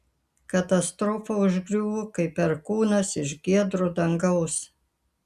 katastrofa užgriuvo kaip perkūnas iš giedro dangaus